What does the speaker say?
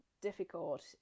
difficult